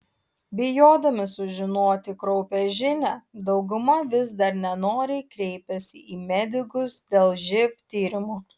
bijodami sužinoti kraupią žinią dauguma vis dar nenoriai kreipiasi į medikus dėl živ tyrimų